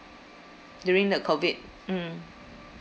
during the COVID mm